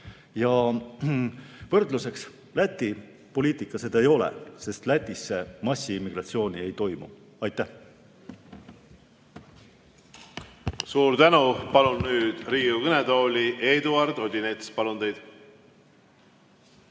Ja võrdluseks, Läti poliitika seda ei ole, sest Lätisse massiimmigratsiooni ei toimu. Aitäh!